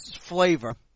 flavor